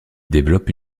développe